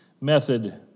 method